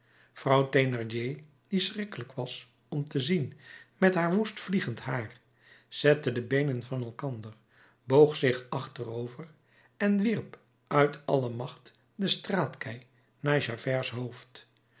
die schrikkelijk was om te zien met haar woest vliegend haar zette de beenen van elkander boog zich achterover en wierp uit alle macht de straatkei naar javerts hoofd